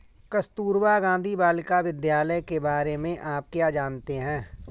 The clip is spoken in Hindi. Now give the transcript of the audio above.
कस्तूरबा गांधी बालिका विद्यालय के बारे में आप क्या जानते हैं?